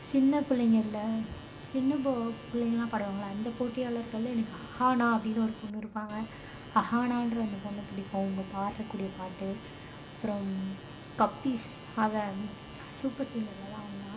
சின்ன பிள்ளைங்கள்ல சின்ன போ பிள்ளைங்கெல்லாம் பாடுவாங்கல அந்த போட்டியாளர்களில் எனக்கு அஹானா அப்படின்னு ஒரு பொண்ணு இருப்பாங்க அஹானான்ற அந்த பொண்ணு பிடிக்கும் அவங்க பாட்றக்கூடிய பாட்டு அப்புறம் கப்பீஸ் அவன் சூப்பர் சிங்கரில் தான் வந்தான்